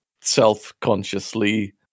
self-consciously